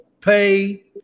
pay